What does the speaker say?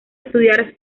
estudiar